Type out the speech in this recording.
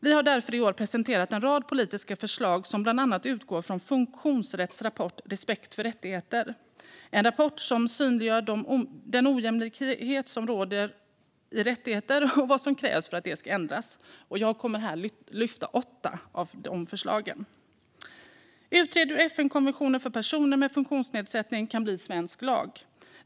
Vi har därför i år presenterat en rad politiska förslag som bland annat utgår från Funktionsrätt Sveriges rapport Respekt för rättigheter ?, en rapport som synliggör den ojämlikhet som råder i rättigheter och vad som krävs för att det ska ändras. Jag kommer här att lyfta fram åtta av de förslagen. Vi vill att man utreder hur FN-konventionen för personer med funktionsnedsättning kan bli svensk lag.